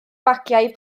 bagiau